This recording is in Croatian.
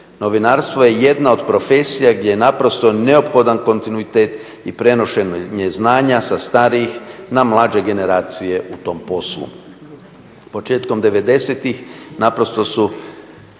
Novinarstvo je jedna od profesija gdje je naprosto neophodan kontinuitet i prenošenje znanja sa starijih na mlađe generacije u tom poslu. Početkom '90.-ih naprosto su,